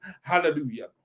Hallelujah